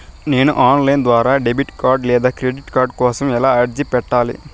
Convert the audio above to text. నేను online ద్వారా debit card లేదా క్రెడిట్ కార్డు కోసం ఎలా అర్జీ పెట్టాలి?